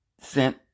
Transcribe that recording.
sent